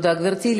תודה, גברתי.